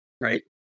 Right